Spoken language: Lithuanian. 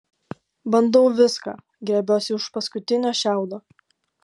bandau viską grėbiuosi už paskutinio šiaudo